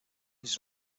his